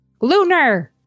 Lunar